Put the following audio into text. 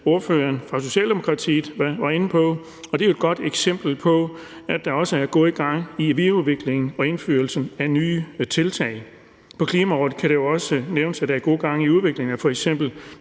ordføreren for Socialdemokratiet var inde på, og det er et godt eksempel på, at der også er god gang i videreudviklingen og indførelsen af nye tiltag. På klimaområdet kan det også nævnes, at der er god gang i udviklingen af f.eks.